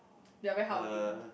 they are very hardworking